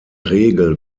regel